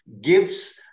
gives